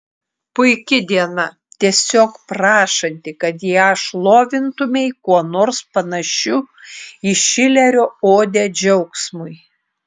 puiki diena tiesiog prašanti kad ją šlovintumei kuo nors panašiu į šilerio odę džiaugsmui